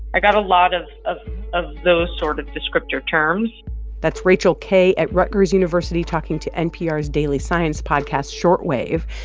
i got a lot of of those sort of descriptor terms that's rachel kaye at rutgers university talking to npr's daily science podcast short wave.